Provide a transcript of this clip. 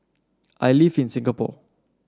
I live in Singapore